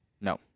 No